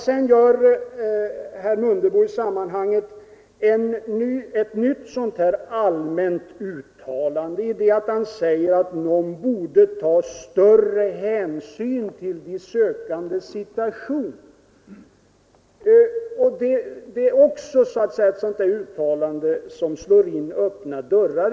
Sedan gör herr Mundebo i sammanhanget ett nytt sådant här allmänt uttalande i det att han säger att NOM borde ta större hänsyn till de sökandes situation. Det är också ett uttalande som slår in öppna dörrar.